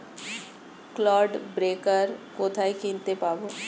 Clod breaker কোথায় কিনতে পাব?